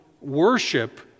worship